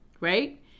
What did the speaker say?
right